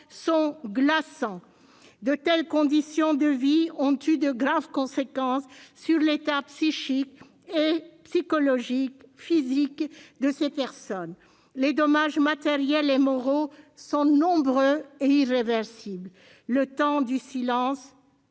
sont glaçants. De telles conditions de vie ont emporté de graves conséquences sur l'état physique, psychique et psychologique de ces personnes. Les dommages matériels et moraux sont nombreux et irréversibles. Le temps du silence